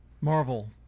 Marvel